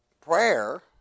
prayer